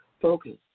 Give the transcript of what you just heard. focus